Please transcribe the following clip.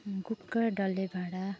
cooker डल्ले भाँडा